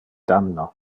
damno